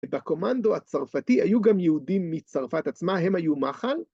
‫בקומנדו הצרפתי היו גם יהודים ‫מצרפת עצמה, הם היו מחל?